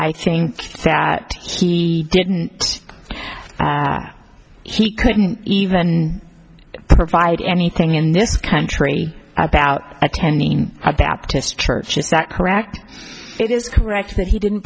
i think that he didn't he couldn't even provide anything in this country about attending a baptist church is that correct it is correct that he didn't